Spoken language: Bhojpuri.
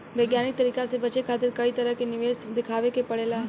वैज्ञानिक तरीका से बचे खातिर कई तरह के निवेश देखावे के पड़ेला